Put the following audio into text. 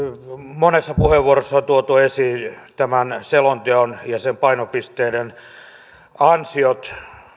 monessa puheenvuorossa on tuotu esiin tämän selonteon ja sen painopisteiden ansiot